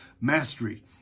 mastery